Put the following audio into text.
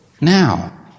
now